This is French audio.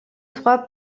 trois